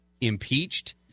impeached